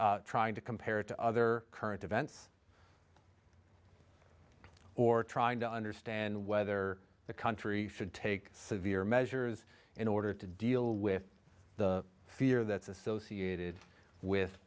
trying to compare it to other current events or trying to understand whether the country should take severe measures in order to deal with the fear that's associated with